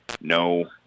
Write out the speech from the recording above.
No